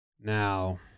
Now